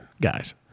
guys